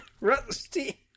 Rusty